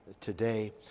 today